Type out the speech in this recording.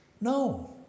no